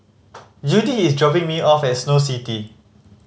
Judie is dropping me off at Snow City